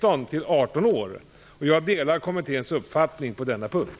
Jag delar kommitténs uppfattning på denna punkt.